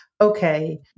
okay